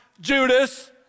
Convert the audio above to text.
Judas